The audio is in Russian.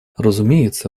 разумеется